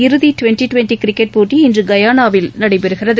இறுதிடுவெண்ட்டிடுவெண்ட்டிகிரிக்கெட் போட்டி இன்றுகபானாவில் நடைபெறுகிறது